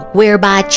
whereby